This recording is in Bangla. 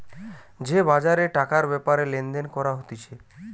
যে বাজারে টাকার ব্যাপারে লেনদেন করা হতিছে